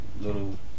little